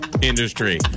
industry